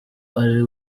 ari